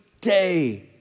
day